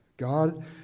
God